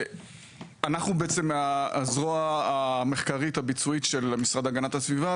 אנחנו בעצם הזרוע המחקרית הביצועית של המשרד להגנת הסביבה,